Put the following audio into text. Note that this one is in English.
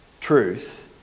truth